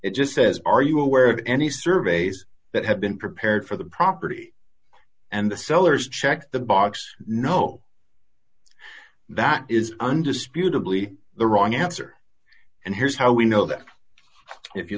it just says are you aware of any surveys that have been prepared for the property and the sellers check the box no that is undisputedly the wrong answer and here's how we know that if you